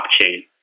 blockchain